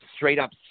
straight-up